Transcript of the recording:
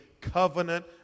covenant